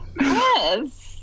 Yes